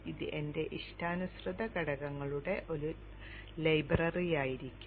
ഇത് എന്റെ ഇഷ്ടാനുസൃത ഘടകങ്ങളുടെ ഒരു ലൈബ്രറിയായിരിക്കും